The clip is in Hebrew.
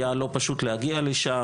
היה לא פשוט להגיע לשם,